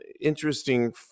interesting